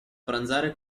pranzare